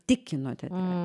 tik kino teatre